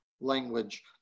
language